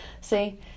See